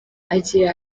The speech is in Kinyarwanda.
agira